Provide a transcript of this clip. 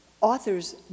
authors